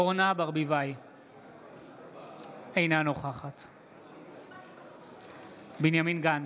אינה נוכחת בנימין גנץ,